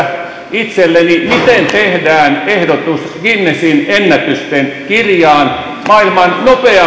itselleni miten tehdään ehdotus guinnessin ennätysten kirjaan maailman